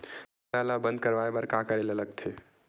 खाता ला बंद करवाय बार का करे ला लगथे?